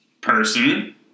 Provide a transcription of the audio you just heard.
person